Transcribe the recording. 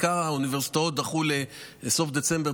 עיקר האוניברסיטאות דחו לסוף דצמבר,